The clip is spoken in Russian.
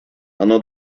оно